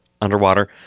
Underwater